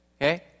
Okay